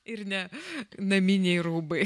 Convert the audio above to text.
ir ne naminiai rūbai